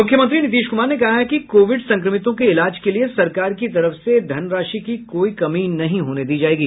मुख्यमंत्री नीतीश कुमार ने कहा है कि कोविड संक्रमितों के इलाज के लिये सरकार की तरफ से धनराशि की कोई कमी नहीं होने दी जायेगी